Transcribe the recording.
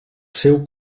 seu